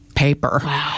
paper